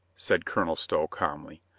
said colonel stow calmly.